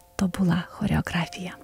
tobula choreografija